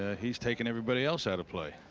ah he's taken everybody else out of play.